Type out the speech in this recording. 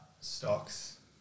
stocks